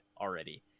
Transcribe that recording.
already